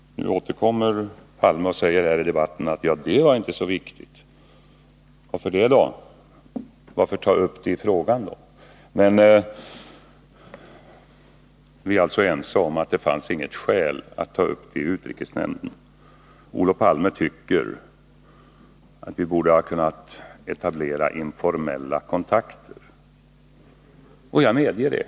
Nu återkommer Olof Palme och säger här i debatten att det inte var så viktigt. Varför det då? Varför ta upp det i frågan i så fall? Vi är alltså ense om att det inte fanns något skäl att ta upp frågan i utrikesnämnden. Olof Palme tycker att vi borde ha kunnat etablera informella kontakter, och jag medger det.